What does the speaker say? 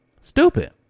Stupid